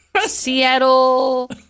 Seattle